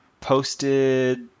posted